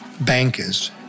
bankers